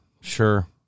sure